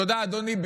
תודה, אדוני.